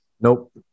Nope